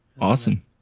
Awesome